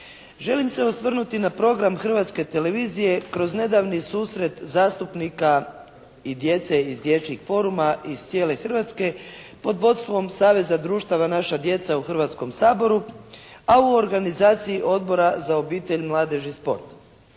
Želim se osvrnuti na program Hrvatske televizije kroz nedavni susret zastupnika i djece iz dječjih foruma iz cijele Hrvatske pod vodstvom Saveza društava "Naša djeca" u Hrvatskom saboru a u organizaciji Odbora za obitelj, mladež i sport.